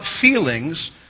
feelings